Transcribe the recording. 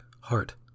heart